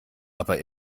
aber